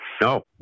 No